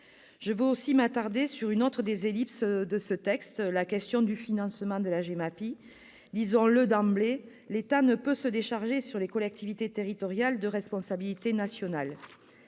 aussi de m'attarder sur une autre des ellipses de ce texte : la question du financement de la GEMAPI. Eh oui ! Disons-le d'emblée, l'État ne peut se décharger sur les collectivités territoriales de responsabilités nationales.